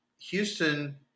Houston